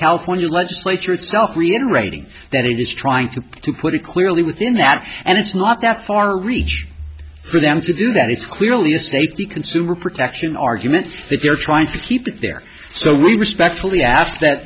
california legislature itself reiterating that it is trying to to put it clearly within that and it's not that far reach for them to do that it's clearly a safety consumer protection argument that they're trying to keep it there so we respectfully ask that